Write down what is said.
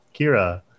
Kira